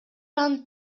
анын